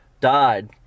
died